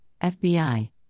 FBI